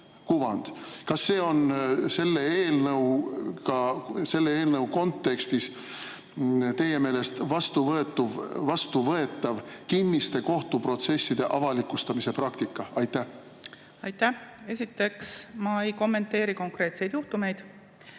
kuvandi? Kas see on selle eelnõu kontekstis teie meelest vastuvõetav kinniste kohtuprotsesside avalikustamise praktika? Aitäh! Esiteks, ma ei kommenteeri konkreetseid juhtumeid,